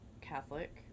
catholic